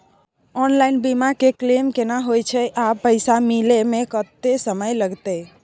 Online बीमा के claim केना होय छै आ पैसा मिले म समय केत्ते लगतै?